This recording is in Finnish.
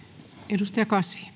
arvoisa